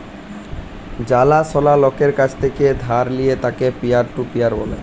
জালা সলা লকের কাছ থেক্যে ধার লিলে তাকে পিয়ার টু পিয়ার ব্যলে